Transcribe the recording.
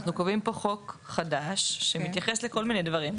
אנחנו קובעים פה חוק חדש שמתייחס לכל מיני דברים,